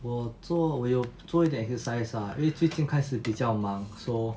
我做我有做一点 exercise ah 因为最近比较忙 so